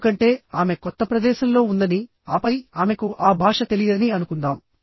ఎందుకంటే ఆమె కొత్త ప్రదేశంలో ఉందని ఆపై ఆమెకు ఆ భాష తెలియదని అనుకుందాం